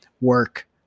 work